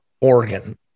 Oregon